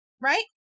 right